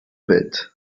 pit